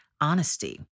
honesty